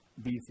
BC